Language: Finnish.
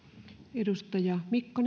arvoisa puhemies